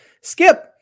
Skip